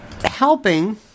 helping